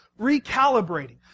recalibrating